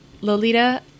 Lolita